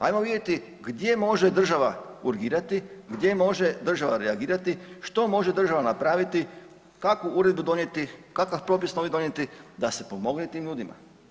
Ajmo vidjeti gdje može država urgirati, gdje može država reagirati, što može država napraviti, kakvu uredbu donijeti, kakav propis novi donijeti da se pomogne tim ljudima.